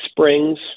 springs